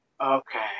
Okay